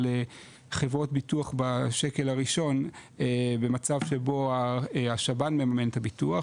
חברות ביטוח בשקל הראשון במצב שבו השב"ן מממן את הביטוח,